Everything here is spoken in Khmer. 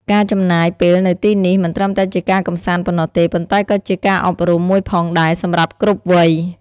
ការចំណាយពេលនៅទីនេះមិនត្រឹមតែជាការកម្សាន្តប៉ុណ្ណោះទេ ប៉ុន្តែក៏ជាការអប់រំមួយផងដែរសម្រាប់គ្រប់វ័យ។